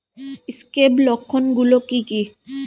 Scab লক্ষণ গুলো কি কি?